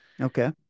Okay